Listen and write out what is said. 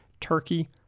Turkey